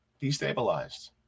destabilized